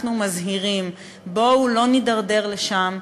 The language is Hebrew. אנחנו מזהירים: בואו לא נידרדר לשם.